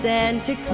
Santa